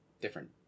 different